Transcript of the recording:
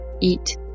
eat